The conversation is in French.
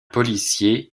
policier